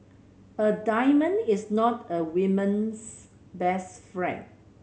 a diamond is not a woman's best friend